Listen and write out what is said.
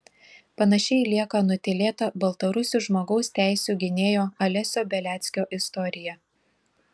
panašiai lieka nutylėta baltarusių žmogaus teisių gynėjo alesio beliackio istorija